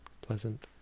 pleasant